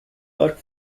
arc